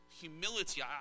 humility